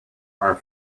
are